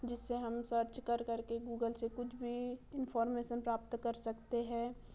जिससे हम सर्च कर करके गूगल से कुछ भी इनफार्मेशन प्राप्त कर सकते हैं